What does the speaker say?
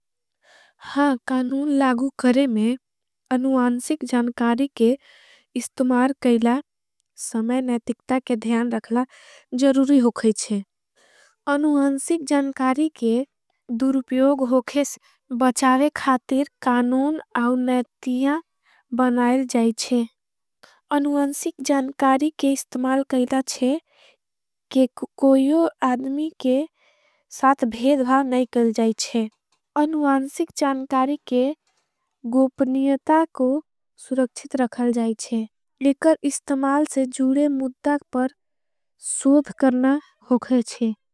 हाँ कानून लागू करे में अनुवानसिक जानकारी के इस्तमार। केला समय नयतिकता के ध्यान रखला जरूरी होगाई छे। अनुवानसिक जानकारी के दूरप्योग होगे बचावे खातेर। कानून आउनयतियां बनायल जाईछे अनुवानसिक। जानकारी के इस्तमार केला छे कोई आदमी के साथ। भेदभाव नई कर जाईछे अनुवानसिक जानकारी के। गोपनियता को सुरक्षित रखल जाईछे लेकर। इस्तमाल से जूरे मुद्दाग पर सूध करना होगाई छे।